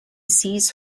sees